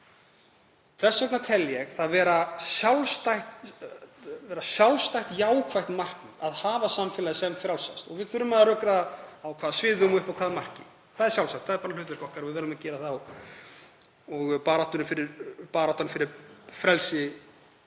Þess vegna tel ég það vera sjálfstætt jákvætt markmið að hafa samfélagið sem frjálsast. Við þurfum að rökræða á hvaða sviðum og upp að hvaða marki það er sjálfsagt. Það er bara hlutverk okkar og við verðum að gera það og baráttan fyrir frelsi